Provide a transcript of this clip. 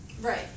right